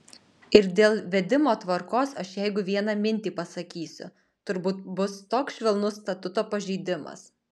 ir dėl vedimo tvarkos aš jeigu vieną mintį pasakysiu turbūt bus toks švelnus statuto pažeidimas